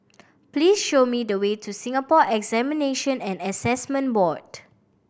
please show me the way to Singapore Examination and Assessment Board